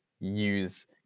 use